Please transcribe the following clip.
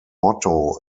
motto